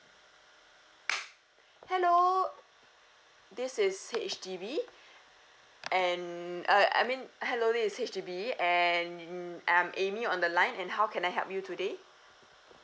hello this is H_D_B and I I mean hello this is H_D_B and I'm Amy on the line and how can I help you today